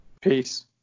Peace